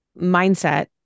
mindset